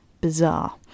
bizarre